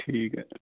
ਠੀਕ ਹੈ